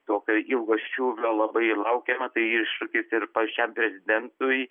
tokio ilgo ščiūvio labai laukėme tai iššūkis ir pačiam prezidentui